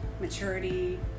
maturity